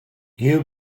you